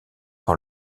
par